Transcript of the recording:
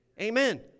Amen